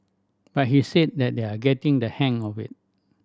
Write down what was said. but he said that they are getting the hang of it